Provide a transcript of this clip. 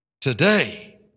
Today